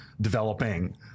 developing